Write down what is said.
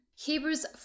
Hebrews